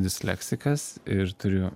disleksikas ir turiu